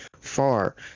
far